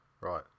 right